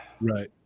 Right